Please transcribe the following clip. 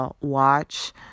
watch